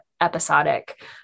episodic